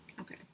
Okay